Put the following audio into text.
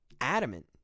adamant